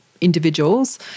individuals